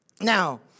Now